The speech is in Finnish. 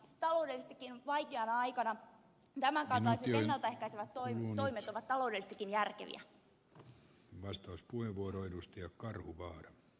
taloudellisestikin vaikeana aikana tämän kaltaiset ennalta ehkäisevät toimet ovat taloudellisestikin järkeviä